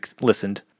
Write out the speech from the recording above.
listened